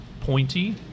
pointy